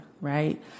right